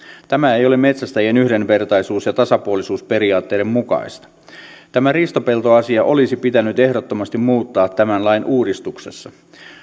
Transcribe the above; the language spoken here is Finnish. tämä ei ole metsästäjien yhdenvertaisuus ja tasapuolisuusperiaatteiden mukaista tämä riistapeltoasia olisi pitänyt ehdottomasti muuttaa tämän lain uudistuksessa